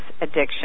addiction